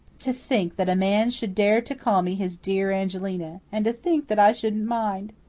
to think that a man should dare to call me his dear angelina! and to think that i shouldn't mind!